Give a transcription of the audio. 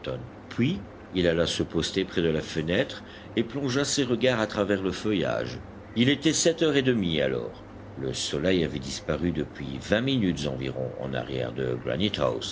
puis il alla se poster près de la fenêtre et plongea ses regards à travers le feuillage il était sept heures et demie alors le soleil avait disparu depuis vingt minutes environ en arrière de